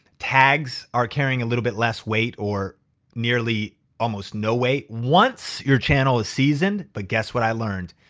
tags are carrying a little bit less weight or nearly almost no weight once your channel is seasoned. but guess what i learned?